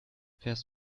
fährst